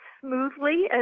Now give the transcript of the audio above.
smoothly